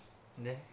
and then